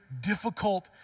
difficult